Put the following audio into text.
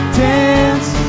dance